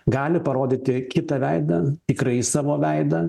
gali parodyti kitą veidą tikrąjį savo veidą